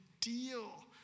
deal